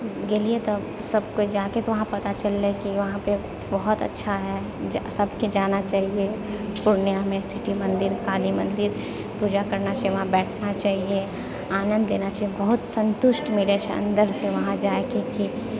गेलियै तऽ सभकोइ जा कऽ तऽ वहाँपर पता चललै कि वहाँपर बहुत अच्छा है सभकेँ जाना चाहिए पूर्णियाँमे सिटी मन्दिर काली मन्दिर पूजा करना चाही वहाँ बैठना चाहिए आनन्द लेना चाहिए बहुत सन्तुष्ट मिलैत छै अन्दरसँ वहाँ जाइ के कि